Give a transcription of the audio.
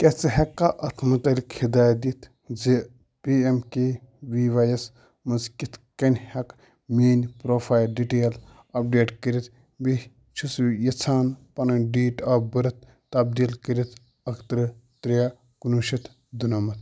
کیٛاہ ژٕ ہٮ۪ککھا اتھ متعلق ہدایت دِتھ زِ P M K V Y یس منٛز کِتھ کٔنۍ ہٮ۪کہٕ میٲنۍ پرٛوفایِل ڈِٹیل اَپڈیٹ کٔرِتھ بہٕ چھُس یژھان پنٕنۍ ڈیٹ آف برٕتھ تبدیل کٔرِتھ اَکہٕ ترٕہ ترے کُنہٕ وُہ شَتھ دُنَمَتھ